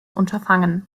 unterfangen